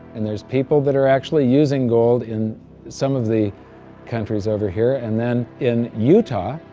and there's people that are actually using gold in some of the countries over here. and then in utah,